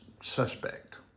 suspect